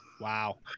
wow